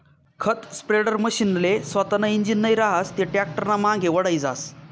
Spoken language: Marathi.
खत स्प्रेडरमशीनले सोतानं इंजीन नै रहास ते टॅक्टरनामांगे वढाई जास